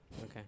Okay